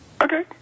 Okay